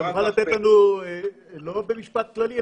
אתה מוכן לתת לנו לא רק במשפט כללי,